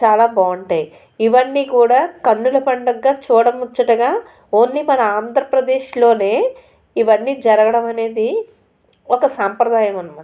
చాలా బాగుంటాయి ఇవన్నీ కూడా కన్నుల పండుగగా చూడ ముచ్చటగా ఓన్లీ మన ఆంధ్రప్రదేశ్లోనే ఇవన్నీ జరగడం అనేది ఒక సంప్రదాయం అన్నమాట